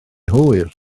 hwyr